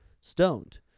stoned